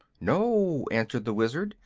no, answered the wizard.